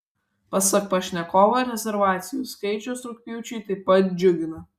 pasak pašnekovo rezervacijų skaičius rugpjūčiui taip pat džiugina